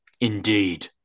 Indeed